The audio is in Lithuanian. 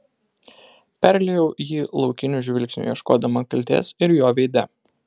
perliejau jį laukiniu žvilgsniu ieškodama kaltės ir jo veide